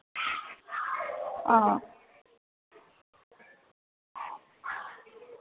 অ'